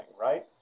right